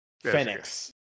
Phoenix